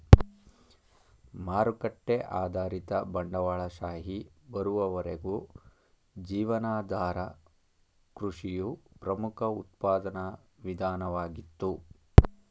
ಮಾರುಕಟ್ಟೆ ಆಧಾರಿತ ಬಂಡವಾಳಶಾಹಿ ಬರುವವರೆಗೂ ಜೀವನಾಧಾರ ಕೃಷಿಯು ಪ್ರಮುಖ ಉತ್ಪಾದನಾ ವಿಧಾನವಾಗಿತ್ತು